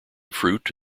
fruit